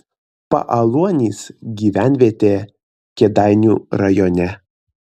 paaluonys gyvenvietė kėdainių rajone